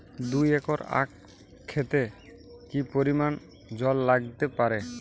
দুই একর আক ক্ষেতে কি পরিমান জল লাগতে পারে?